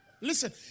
Listen